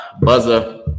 buzzer